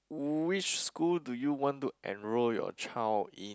which school do you want to enroll your child in